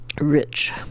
rich